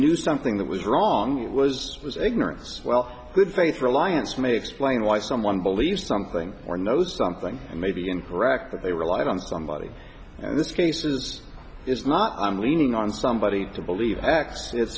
knew something that was wrong was was ignorance well good faith reliance may explain why someone believes something or knows something may be incorrect they relied on somebody in this case is it's not i'm leaning on somebody to believe x it's